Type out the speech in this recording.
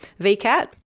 VCAT